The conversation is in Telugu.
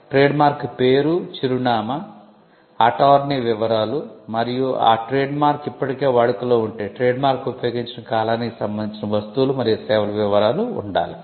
ట్రేడ్మార్క్ పేరు చిరునామా అటార్నీ వివరాలు మరియు ఆ ట్రేడ్మార్క్ ఇప్పటికే వాడుకలో ఉంటే ట్రేడ్మార్క్ ఉపయోగించిన కాలానికి సంబంధించిన వస్తువులు మరియు సేవల వివరాలు ఉండాలి